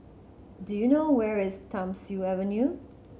do you know where is Thiam Siew Avenue